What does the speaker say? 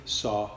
saw